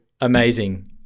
amazing